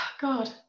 god